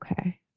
Okay